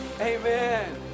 Amen